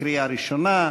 קריאה ראשונה.